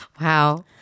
wow